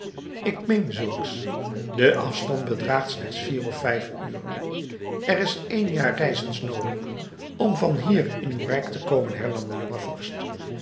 ik meen zulks de afstand bedraagt slechts vier of vijf uren er is één jaar reizens noodig om van hier in uw rijk te komen hernam de jonge vorst